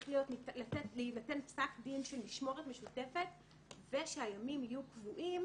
צריך להינתן פסק דין של משמורת משותפת ושהימים יהיו קבועים,